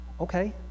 okay